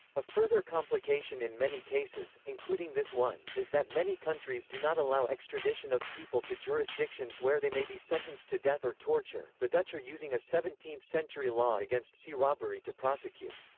a further complication in many cases, including this one, is that many countries do not allow extradition of people to jurisdictions where they may be sentenced to death or torture the dutch are using a seventeenth century law against sea robbery to prosecute.